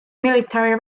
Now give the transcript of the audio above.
military